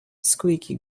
squeaky